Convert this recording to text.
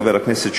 חבר הכנסת שמולי,